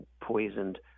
poisoned